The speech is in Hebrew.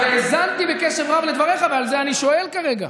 אבל האזנתי בקשב רב לדבריך, ועל זה אני שואל כרגע.